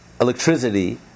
electricity